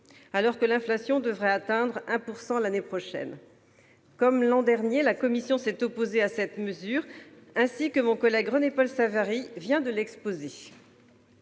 alors que l'inflation devrait atteindre 1 % l'année prochaine. Comme l'an dernier, la commission s'est opposée à cette mesure, ainsi que mon collègue René-Paul Savary vient de l'exposer.